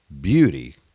beauty